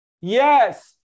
Yes